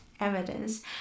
Evidence